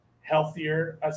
healthier